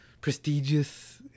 prestigious